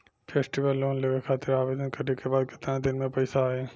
Festival loan लेवे खातिर आवेदन करे क बाद केतना दिन म पइसा आई?